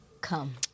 come